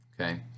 okay